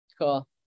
Cool